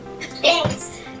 Thanks